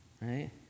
right